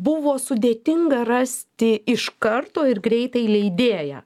buvo sudėtinga rasti iš karto ir greitai leidėją